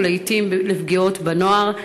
ולעתים לפגיעות בנוער.